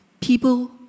people